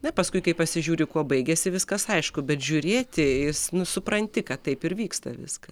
bet paskui kai pasižiūri kuo baigiasi viskas aišku bet žiūrėti jis nu supranti kad taip ir vyksta viskas